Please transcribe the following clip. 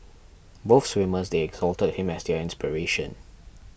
both swimmers they exalted him as their inspiration